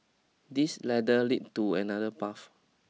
this ladder lead to another path